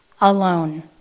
alone